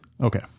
Okay